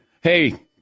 hey